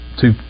two